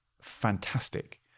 fantastic